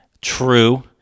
true